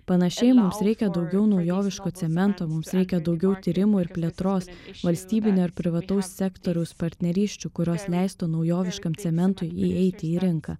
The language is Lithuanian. panašiai mums reikia daugiau naujoviško cemento mums reikia daugiau tyrimų ir plėtros valstybinio ir privataus sektoriaus partnerysčių kurios leistų naujoviškam cementui įeiti į rinką